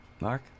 Mark